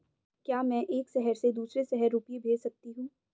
क्या मैं एक शहर से दूसरे शहर रुपये भेज सकती हूँ?